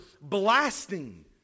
blasting